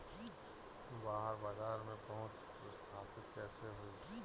बाहर बाजार में पहुंच स्थापित कैसे होई?